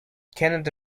kenneth